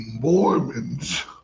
Mormons